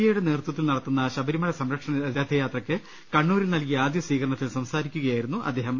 എയുടെ നേതൃത്വത്തിൽ നടത്തുന്ന ശബരിമല സംരക്ഷണ രഥയാത്രയ്ക്ക് കണ്ണൂരിൽ നൽകിയർ ആദ്യ സ്വീകരണത്തിൽ സംസാരിക്കുകയായിരുന്നു അദ്ദേഹം